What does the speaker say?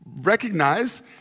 recognize